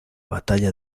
batalla